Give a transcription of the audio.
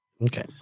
Okay